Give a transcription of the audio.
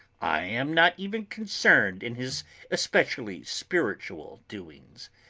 i am not even concerned in his especially spiritual doings.